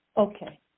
Okay